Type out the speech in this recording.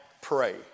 pray